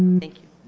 thank you.